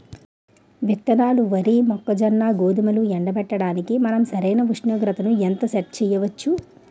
విత్తనాలు వరి, మొక్కజొన్న, గోధుమలు ఎండబెట్టడానికి మనం సరైన ఉష్ణోగ్రతను ఎంత సెట్ చేయవచ్చు?